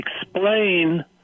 explain